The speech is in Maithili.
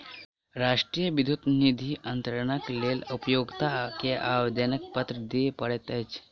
राष्ट्रीय विद्युत निधि अन्तरणक लेल उपभोगता के आवेदनपत्र दिअ पड़ैत अछि